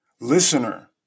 Listener